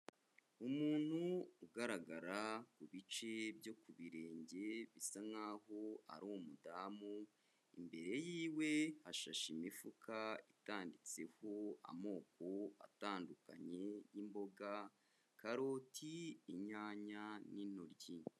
Umuntu ugaragara ku bice byo ku birenge bisa nkaho ari umudamu, imbere y'iwe hashashe imifuka itambitseho amoko atandukanye y'imboga: karoti, inyanya n'intoryi.